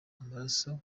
amaraso